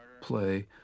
play